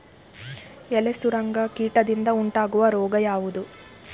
ಎಲೆ ಸುರಂಗ ಕೀಟದಿಂದ ಉಂಟಾಗುವ ರೋಗ ಯಾವುದು?